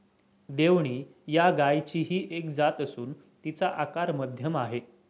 देवणी या गायचीही एक जात असून तिचा आकार मध्यम आहे